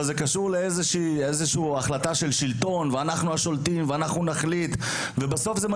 אבל זה כן קשור להחלטה של שלטון שמחפש לרכז אצלו את הכוח במטרה לצמצם